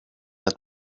het